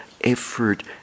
effort